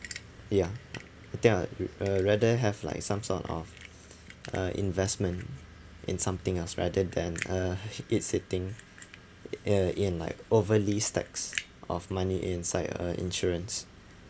ya I think I'll r~ uh rather have like some sort of uh investment in something else rather than uh it sitting ya in like overly stacks of money inside a insurance